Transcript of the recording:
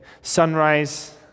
sunrise